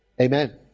Amen